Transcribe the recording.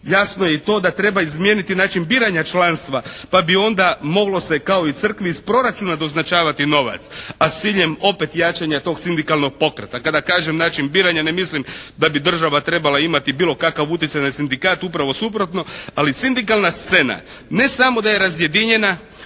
Jasno je i to da treba izmijeniti način biranja članstva pa bi onda moglo se kao i crkvi iz proračuna doznačavati novac a s ciljem opet jačanja tog sindikalnog pokreta. Kada kažem način biranja ne mislim da bi država trebala imati bilo kakav utjecaj na Sindikat, upravo suprotno. Ali sindikalna scena ne samo da je razjedinjena.